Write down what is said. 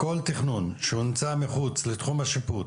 בנושא הזה כל תכנון שנמצא מחוץ לתחום השיפוט